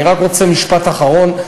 אני רק רוצה משפט אחרון,